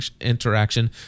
interaction